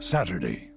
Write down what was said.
Saturday